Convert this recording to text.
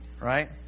right